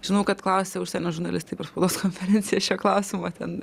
žinau kad klausė užsienio žurnalistai per spaudos konferenciją šio klausimo ten